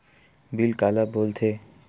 Bill काला बोल थे?